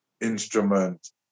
instrument